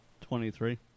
Twenty-three